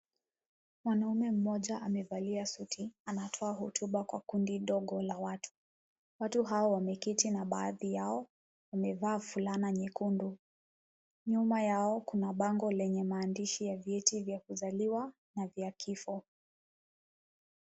Mwanaume mmoja amevalia suti anatoa hotuba kwa kundi dogo la watu. Watu hao wameketi na baadhi yao wamevaa fulana nyekundu. Nyuma yao kuna bango lenye maandishi ya vyeti vya kuzaliwa na vya kifo.